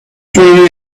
swinging